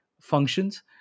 functions